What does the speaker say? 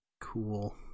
Cool